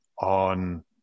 on